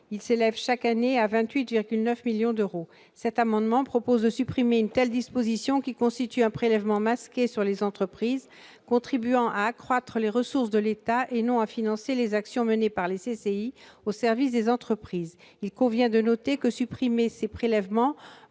Il s'élève chaque année à 28,9 millions d'euros. Cet amendement propose de supprimer une telle disposition, qui constitue un prélèvement masqué sur les entreprises, contribuant à accroître les ressources de l'État et non à financer les actions menées par les CCI au service de ces mêmes entreprises. Il convient de noter que supprimer ce prélèvement